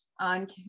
on